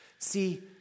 See